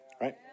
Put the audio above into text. Right